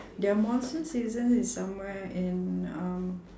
their monsoon season is somewhere in um